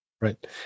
right